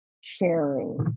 sharing